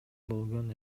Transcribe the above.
болгон